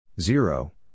Zero